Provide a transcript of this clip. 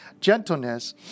gentleness